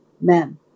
men